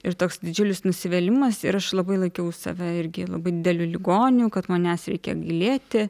ir toks didžiulis nusivylimas ir aš labai laikiau save irgi labai dideliu ligoniu kad manęs reikia gailėti